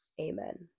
Amen